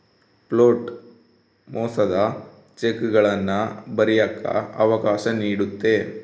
float ಮೋಸದ ಚೆಕ್ಗಳನ್ನ ಬರಿಯಕ್ಕ ಅವಕಾಶ ನೀಡುತ್ತೆ